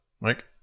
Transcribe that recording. Mike